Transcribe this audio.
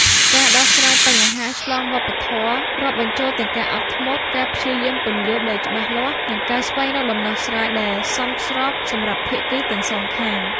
ការដោះស្រាយបញ្ហាឆ្លងវប្បធម៌ រាប់បញ្ចូលទាំងការអត់ធ្មត់ ការព្យាយាមពន្យល់ដោយច្បាស់លាស់ និងការស្វែងរកដំណោះស្រាយដែលសមស្របសម្រាប់ភាគីទាំងសងខាង។